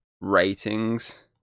Ratings